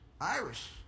Irish